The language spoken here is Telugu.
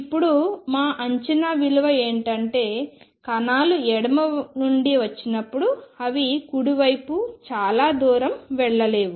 ఇప్పుడు మా అంచనా ఏమిటంటే కణాలు ఎడమ నుండి వచ్చినప్పుడు అవి కుడి వైపు చాలా దూరం వెళ్లలేవు